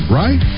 right